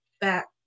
back